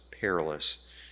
perilous